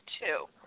two